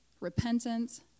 repentance